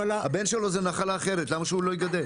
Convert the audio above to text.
הבן שלו זה נחלה אחרת, למה שהוא לא יגדל?